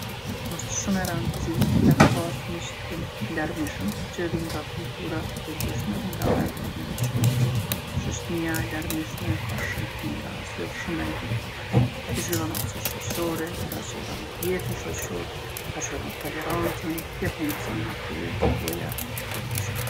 Osht shumë me randsi me pas miq të larmishëm që vijnë nga kultura të ndryshme edhe nga vende të ndryshme. Shoqnia e larmishme ka shumë t'mira, sjellë shumë benefite, t'i zhvillon aftsitë shoqrore, ta zgjeron rrjetin shoqror, ta zhvillon tolerancën, t'jep mundsi me kriju përvoja të ndryshme.